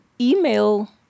email